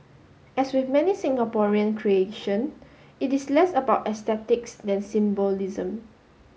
as with many Singaporean creation it is less about aesthetics than symbolism